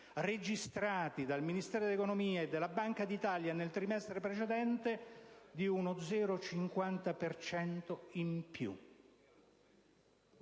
registrati dal Ministero dell'economia e dalla Banca d'Italia nel trimestre precedente, di uno 0,50 per